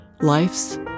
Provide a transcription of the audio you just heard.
Life's